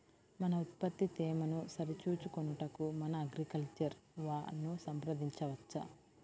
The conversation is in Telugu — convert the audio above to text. మన ఉత్పత్తి తేమను సరిచూచుకొనుటకు మన అగ్రికల్చర్ వా ను సంప్రదించవచ్చా?